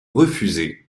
refusé